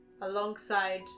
alongside